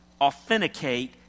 authenticate